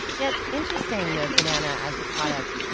yeah it's interesting the banana as a product.